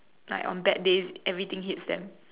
like on bad days everything hits them